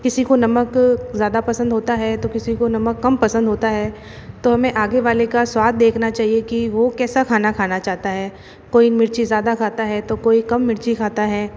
किसी को नमक ज़्यादा पसंद होता है तो किसी को नमक कम पसंद होता है तो हमें आगे वाले का स्वाद देखना चहिए कि वो कैसा खाना खाना चाहता है कोई मिर्ची ज़्यादा खाता है तो कोई कम मिर्ची खाता है